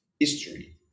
history